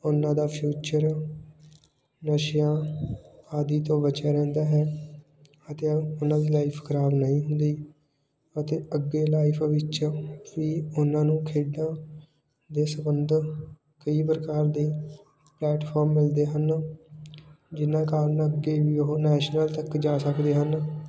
ਉਹਨਾਂ ਦਾ ਫਿਊਚਰ ਨਸ਼ਿਆਂ ਆਦਿ ਤੋਂ ਬਚਿਆ ਰਹਿੰਦਾ ਹੈ ਅਤੇ ਉਹਨਾਂ ਦੀ ਲਾਈਫ ਖਰਾਬ ਨਹੀਂ ਹੁੰਦੀ ਅਤੇ ਅੱਗੇ ਲਾਈਫ ਵਿੱਚ ਵੀ ਉਹਨਾਂ ਨੂੰ ਖੇਡਾਂ ਦੇ ਸੰਬੰਧ ਕਈ ਪ੍ਰਕਾਰ ਦੇ ਪਲੇਟਫਾਮ ਮਿਲਦੇ ਹਨ ਜਿਹਨਾਂ ਕਾਰਨਾਂ ਅੱਗੇ ਵੀ ਉਹ ਨੈਸ਼ਨਲ ਤੱਕ ਜਾ ਸਕਦੇ ਹਨ